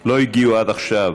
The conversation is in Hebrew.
לא הגיעו עד עכשיו